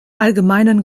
allgemeinen